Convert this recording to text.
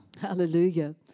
Hallelujah